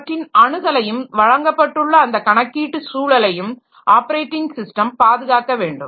அவற்றின் அணுகலையும் வழங்கப்பட்டுள்ள அந்த கணக்கீட்டு சூழலையும் ஆப்பரேட்டிங் ஸிஸ்டம் பாதுகாக்க வேண்டும்